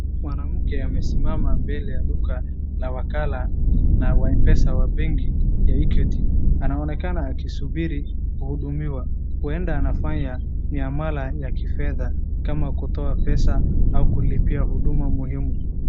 Mwanamke amesimama mbele ya duka la wakala na wa mpesa wa benki ya equity anonekana akisubiri kuhudumiwa huenda anafanya miamala ya kifedha kama kutoa pesa au kulipia huduma muhimu.